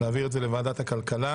להעביר את זה לוועדת הכלכלה.